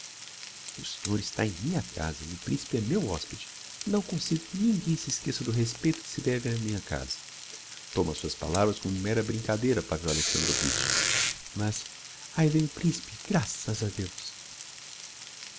o senhor está em minha casa e o principe é meu hospede não consinto que ninguem se esqueça do respeito que se deve á minha casa tomo as suas palavras como mera brincadeira pavel alexandrovitch mas ahi vem o principe graças a deus